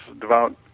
devout